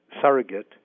surrogate